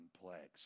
complex